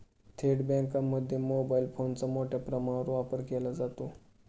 थेट बँकांमध्ये मोबाईल फोनचा मोठ्या प्रमाणावर वापर केला जातो